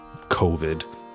COVID